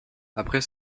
après